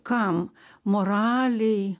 kam moralei